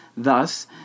Thus